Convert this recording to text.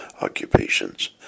occupations